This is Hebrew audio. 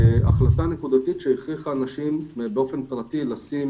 החלטה נקודתית שהכריחה אנשים באופן פרטי לשים